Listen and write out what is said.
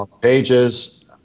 pages